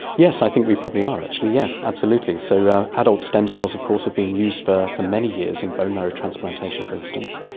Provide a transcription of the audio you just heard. yes, i think we probably are actually, yes, absolutely. so yeah adult stem cells of course have been used for for many years in bone marrow transplantation, for instance.